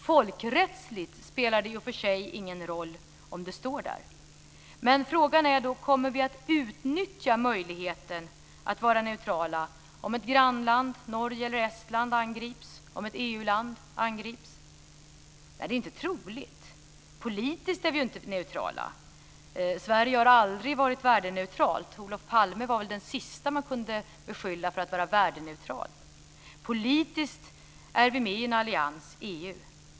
Folkrättsligt spelar det i och för sig ingen roll om det står där, men frågan är om vi kommer att utnyttja möjligheten att vara neutrala om ett grannland, Norge eller Estland, angrips eller om ett EU-land angrips. Det är inte troligt. Politiskt är vi ju inte neutrala. Sverige har aldrig varit värdeneutralt. Olof Palme var väl den siste man kunde beskylla för att vara värdeneutral. Politiskt är vi med i en allians, EU.